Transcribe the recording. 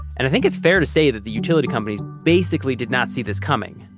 and i think it's fair to say that the utility companies basically did not see this coming,